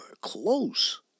close